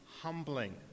humbling